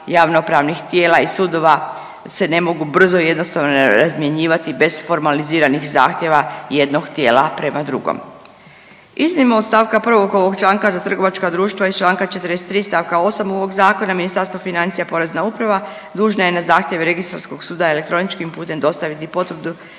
javnopravnih tijela i sudova se ne mogu brzo i jednostavno razmjenjivati bez formaliziranih zahtjeva jednog tijela prema drugom? Iznimno od st. 1. ovog članka za trgovačka društva iz čl. 43. st. 8. ovog zakona Ministarstvo financija i porezna uprava dužna je na zahtjev registarskog suda elektroničkim putem dostaviti potvrdu